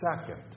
second